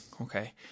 okay